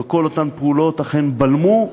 וכל אותן פעולות אכן בלמו,